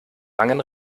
langen